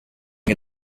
get